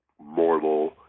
mortal